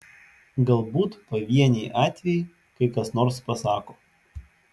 galbūt pavieniai atvejai kai kas nors pasako